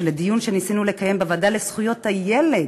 כשלדיון שניסינו לקיים בוועדה לזכויות הילד